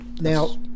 Now